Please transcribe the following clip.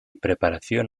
preparación